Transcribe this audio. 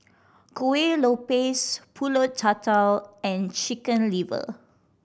Kuih Lopes Pulut Tatal and Chicken Liver